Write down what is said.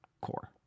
Core